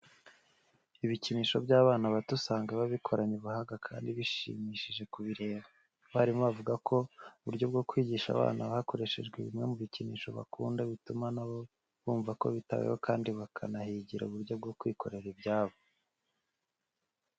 Ibikinisho by'abana bato usanga biba bikoranye ubuhanga kandi bishimishije kubireba. Abarimu bavuga ko ubu buryo bwo kwigisha aba bana hakoreshejwe bimwe mu bikinisho bakunda, bituma na bo bumva ko bitaweho kandi bakanahigira uburyo bwo kwikorera ibyabo.